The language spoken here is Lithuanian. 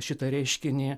šitą reiškinį